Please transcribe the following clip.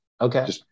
Okay